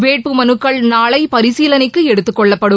வேட்புமனுக்கள் நாளை பரிசீலனைக்கு எடுத்துக் கொள்ளப்படும்